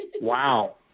Wow